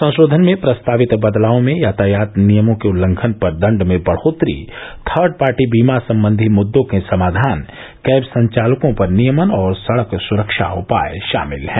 संशोधन में प्रस्तावित बदलावों में यातायात नियमों के उल्लंघन पर दंड में बढ़ोतरी थर्ड पार्टी बीमा संबंधी मुद्दों के समाधान कैब संचालकों पर नियमन और सड़क सुरक्षा उपाय शामिल हैं